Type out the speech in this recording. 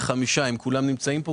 כולם נמצאים פה?